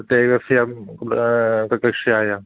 इत्युक्ते एकस्यां क कक्ष्यायाम्